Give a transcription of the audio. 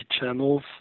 channels